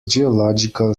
geological